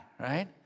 right